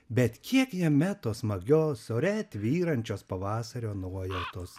bet kiek jame tos smagios ore tvyrančios pavasario nuojautos